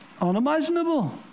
unimaginable